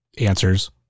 answers